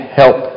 help